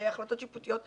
בהחלטות שיפוטיות,